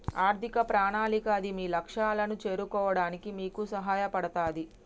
ఆర్థిక ప్రణాళిక అది మీ లక్ష్యాలను చేరుకోవడానికి మీకు సహాయపడతది